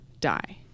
die